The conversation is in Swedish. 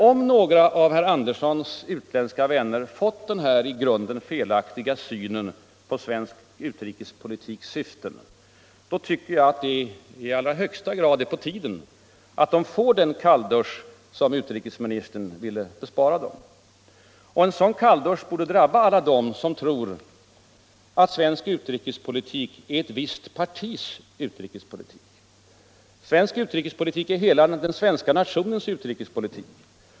Om några av herr Anderssons utländska vänner fått den här i grunden felaktiga synen på svensk utrikespolitiks syften, då tycker jag att det i allra högsta grad är på tiden att de får den kalldusch som utrikesministern ville bespara dem. Och en sådan kalldusch borde drabba alla dem som tror att svensk utrikespolitik är ett visst partis utrikespolitik. Svensk utrikespolitik är hela den svenska nationens utrikespolitik.